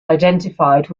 identified